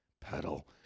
pedal